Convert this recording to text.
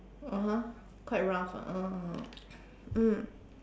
(uh huh) quite rough ah ah mm